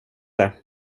det